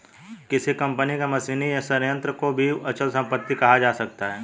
किसी कंपनी के मशीनी संयंत्र को भी अचल संपत्ति कहा जा सकता है